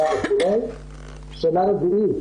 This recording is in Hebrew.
שאלה רביעית,